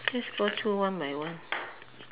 let's go through one by one